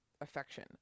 affection